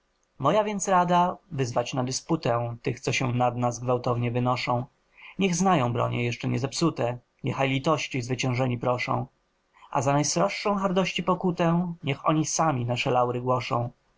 moja więc rada wyzwać na dysputę tych co się nad nas gwałtownie wynoszą niech znają bronie jeszcze nie zepsute niechaj litości zwyciężeni proszą a za najsroższą hardości pokutę niech oni sami nasze laury głoszą